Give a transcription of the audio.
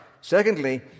Secondly